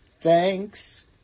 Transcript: Thanks